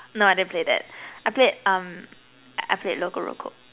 no I didn't play that I played um I played Loco-Roco